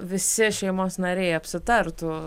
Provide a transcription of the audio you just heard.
visi šeimos nariai apsitartų